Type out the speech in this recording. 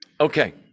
Okay